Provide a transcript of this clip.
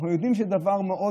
אנחנו יודעים שזה דבר מאוד,